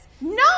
no